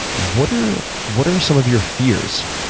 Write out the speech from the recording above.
what are what are some of your fears?